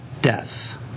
Death